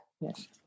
Yes